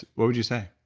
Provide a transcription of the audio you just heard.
what would you say?